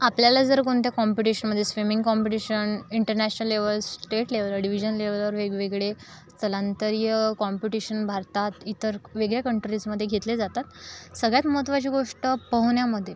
आपल्याला जर कोणत्या कॉम्पिटीशनमध्ये swimming competition international levels state level divisional लेव्हलवर वेगवेगळे स्थलांतरीय कॉम्पिटीशन भारतात इतर वेगळ्या कंट्रीजमध्ये घेतले जातात सगळ्यात महत्त्वाची गोष्ट पोहोण्यामध्ये